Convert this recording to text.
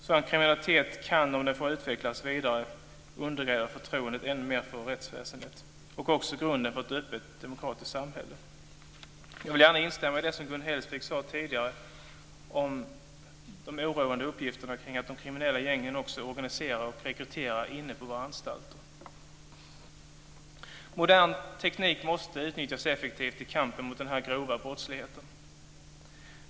Sådan kriminalitet kan, om den får utvecklas vidare, ännu mer undergräva förtroendet för rättsväsendet och också grunden för ett öppet och demokratiskt samhälle. Jag vill gärna instämma i det Gun Hellsvik sade om de oroande uppgifterna om att de kriminella gängen också organiserar och rekryterar inne på våra anstalter. Modern teknik måste utnyttjas effektivt i kampen mot den grova brottsligheten.